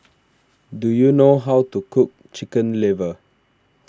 do you know how to cook Chicken Liver